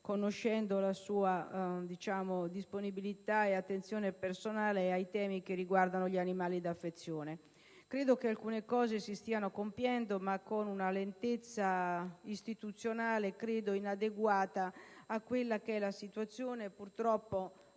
conoscendo la sua disponibilità e la sua attenzione personale ai temi che riguardano gli animali da affezione. Credo che alcuni passi si stiano compiendo, ma con una lentezza istituzionale a mio avviso inadeguata alla situazione purtroppo